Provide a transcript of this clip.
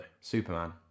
Superman